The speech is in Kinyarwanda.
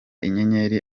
inyenyeri